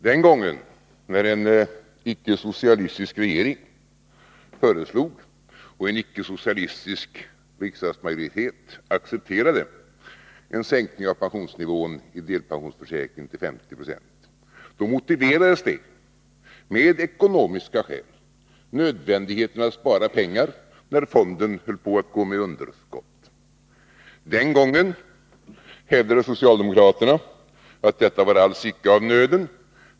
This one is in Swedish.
Den gången, när en icke-socialistisk regering föreslog och en ickesocialistisk riksdagsmajoritet accepterade en sänkning av pensionsnivån i delpensionsförsäkringen till 50 26, motiverades det med ekonomiska skäl, nämligen nödvändigheten av att spara pengar när fonden höll på att gå med underskott. Den gången hävdade socialdemokraterna att detta alls icke var av nöden.